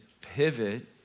pivot